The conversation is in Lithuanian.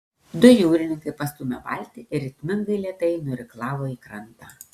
du jūrininkai pastūmė valtį ir ritmingai lėtai nuirklavo į krantą